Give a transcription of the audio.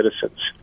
citizens